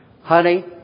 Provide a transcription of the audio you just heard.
Honey